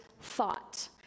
thought